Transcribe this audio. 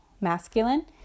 masculine